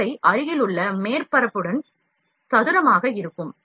படுக்கை அருகிலுள்ள மேற்பரப்புடநும் சதுரமாக இருக்கும்